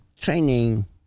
training